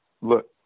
look